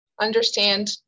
understand